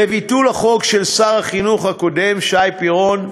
לביטול החוק של שר החינוך הקודם שי פירון,